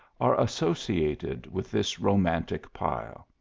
are associated with this romantic pile!